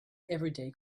everyday